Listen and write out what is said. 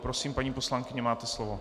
Prosím, paní poslankyně, máte slovo.